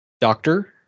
doctor